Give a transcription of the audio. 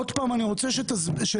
עוד פעם, אני רוצה שתבין.